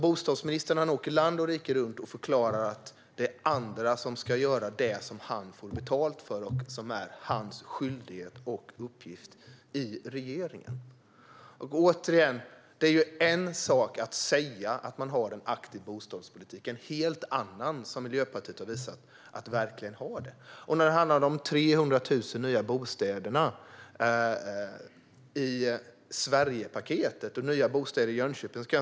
Bostadsministern åker land och rike runt och förklarar att det är andra som ska göra det som han får betalt för och som är hans skyldighet och uppgift i regeringen. Det är en sak att säga att man har en aktiv bostadspolitik och en helt annan att verkligen ha det, vilket Miljöpartiet har visat. Emma Hult talade om de 300 000 nya bostäderna i Sverigepaketet och nya bostäder i Jönköping.